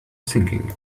sinking